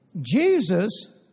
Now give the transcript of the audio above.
Jesus